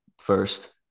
first